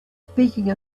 speaking